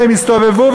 והם הסתובבו,